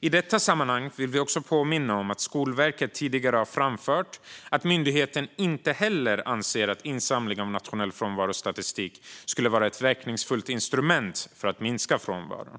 I detta sammanhang vill vi också påminna om att Skolverket tidigare har framfört att myndigheten inte heller anser att insamling av nationell frånvarostatistik skulle vara ett verkningsfullt instrument för att minska frånvaron.